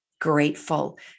grateful